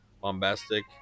bombastic